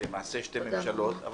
ולמעשה שתי ממשלות.